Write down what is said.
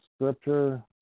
scripture